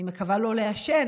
אני מקווה שלא לעשן,